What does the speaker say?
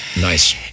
nice